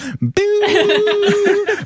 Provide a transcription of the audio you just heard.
boo